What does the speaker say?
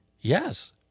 Yes